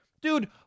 Dude